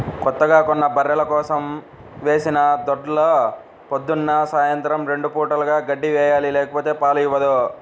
కొత్తగా కొన్న బర్రెల కోసం వేసిన దొడ్లో పొద్దున్న, సాయంత్రం రెండు పూటలా గడ్డి వేయాలి లేకపోతే పాలు ఇవ్వవు